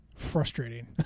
frustrating